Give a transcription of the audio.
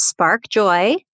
SPARKJOY